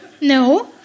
No